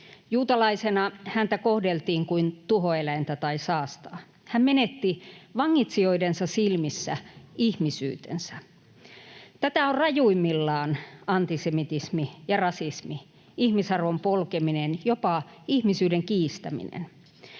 Juutalaisena häntä kohdeltiin kuin tuhoeläintä tai saastaa. Hän menetti vangitsijoidensa silmissä ihmisyytensä. Tätä on rajuimmillaan antisemitismi ja rasismi, ihmisarvon polkeminen, jopa ihmisyyden kiistäminen.